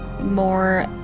More